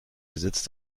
besitz